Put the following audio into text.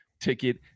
ticket